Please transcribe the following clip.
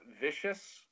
vicious